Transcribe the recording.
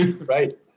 Right